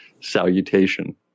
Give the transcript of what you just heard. salutation